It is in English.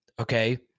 okay